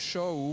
Show